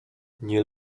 nie